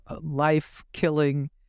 life-killing